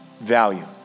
value